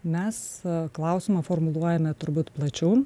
mes klausimą formuluojame turbūt plačiau